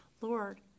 Lord